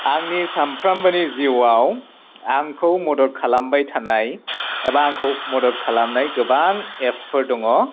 आंनि सानफ्रामबोनि जिउआव आंखौ मदद खालामबाय थानाय एबा आंखौ मदद खालामनाय गोबां एपफोर दङ